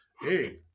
hey